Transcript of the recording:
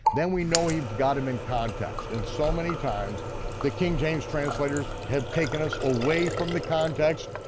then we know we've got him in context, and so many times the king james translators have taken us away from the context,